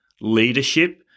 leadership